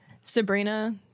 Sabrina